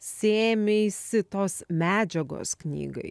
sėmeisi tos medžiagos knygai